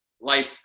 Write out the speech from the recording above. life